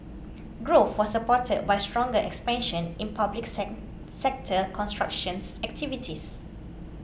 growth was supported by stronger expansion in public sector constructions activities